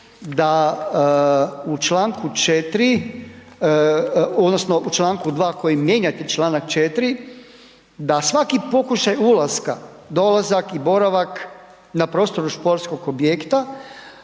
da u čl. 4. odnosno u čl. 2. kojim mijenjate čl. 4. da svaki pokušaj ulaska, dolazak i boravak na prostoru športskog objekta,